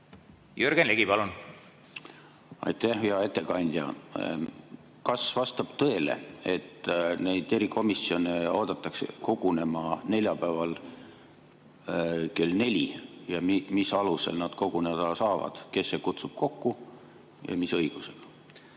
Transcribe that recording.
Jürgen Ligi, palun! Aitäh, hea ettekandja! Kas vastab tõele, et neid erikomisjone oodatakse kogunema neljapäeval kell 4 ja mis alusel nad koguneda saavad? Kes kutsub kokku ja mis õigusega?